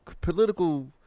political